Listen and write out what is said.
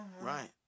Right